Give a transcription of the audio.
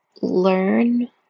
learn